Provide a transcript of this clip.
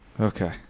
Okay